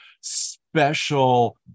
special